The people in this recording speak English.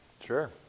Sure